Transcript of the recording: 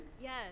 Yes